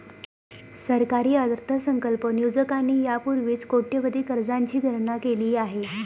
सरकारी अर्थसंकल्प नियोजकांनी यापूर्वीच कोट्यवधी कर्जांची गणना केली आहे